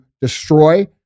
destroy